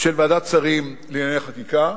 של ועדת שרים לענייני חקיקה.